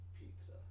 pizza